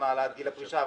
גיל הפרישה,